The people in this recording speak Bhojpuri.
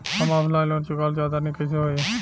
हम ऑफलाइन लोन चुकावल चाहऽ तनि कइसे होई?